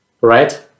Right